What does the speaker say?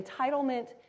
entitlement